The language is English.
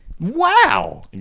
wow